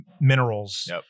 minerals